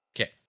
Okay